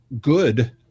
good